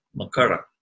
Makara